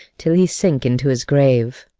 till he sink into his grave.